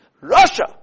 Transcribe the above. Russia